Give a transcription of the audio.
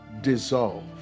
dissolve